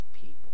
people